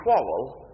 quarrel